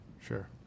sure